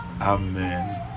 Amen